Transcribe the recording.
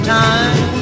time